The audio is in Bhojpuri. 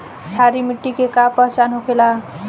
क्षारीय मिट्टी के का पहचान होखेला?